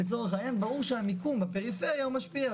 לצורך העניין ברור שהמיקום בפריפריה משפיע.